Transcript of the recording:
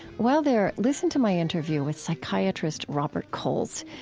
while there, listen to my interview with psychiatrist robert coles,